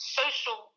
social